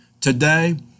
Today